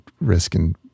risking